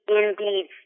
indeed